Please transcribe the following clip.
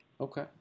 okay